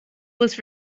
was